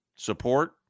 support